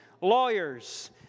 lawyers